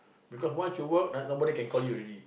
because once you work n~ nobody can call you already